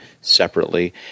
separately